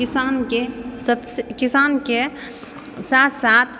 किसानके सबसे किसानके साथ साथ